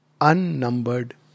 unnumbered